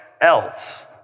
else